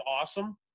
awesome